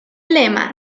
lema